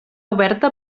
oberta